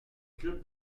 club